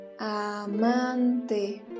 amante